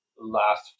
last